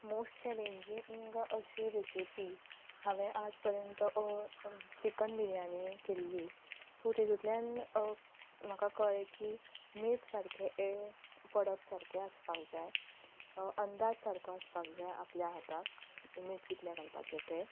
most challenging अशी recipe हांवें आज पर्यांत चिकन बिरयानी केल्ली सो तितुंतल्यान म्हाका कळ्ळें की मीठ सारकें पडप सारकें आसपाक जाय अंदाज सारको आसपाक जाय आपल्या हाताक मीठ कितलें घालपाचें तें